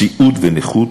סיעוד ונכות,